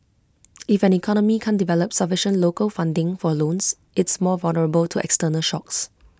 if an economy can't develop sufficient local funding for loans it's more vulnerable to external shocks